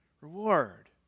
reward